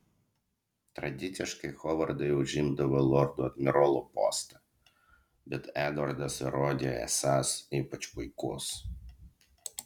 tradiciškai hovardai užimdavo lordo admirolo postą bet edvardas įrodė esąs ypač puikus